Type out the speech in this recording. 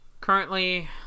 currently